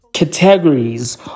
Categories